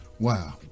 wow